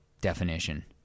definition